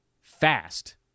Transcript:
fast